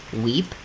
weep